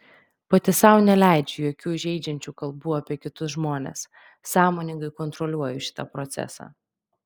pati sau neleidžiu jokių žeidžiančių kalbų apie kitus žmones sąmoningai kontroliuoju šitą procesą